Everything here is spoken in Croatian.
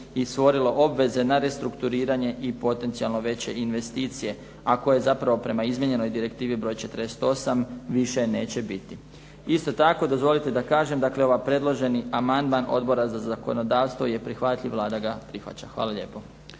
i stvorilo obveze na restrukturiranje i potencijalno veće investicije. Ako je zapravo prema izmijenjenoj Direktivi broj 48 više neće biti. Isto tako dozvolite da kaže, dakle ovaj predloženi amandman Odbora za zakonodavstvo je prihvatljiv, Vlada ga prihvaća. Hvala lijepo.